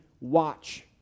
watch